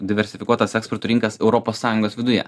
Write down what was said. diversifikuotas eksporto rinkas europos sąjungos viduje